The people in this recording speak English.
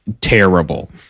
terrible